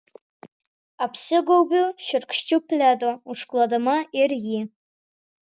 apsigaubiu šiurkščiu pledu užklodama ir jį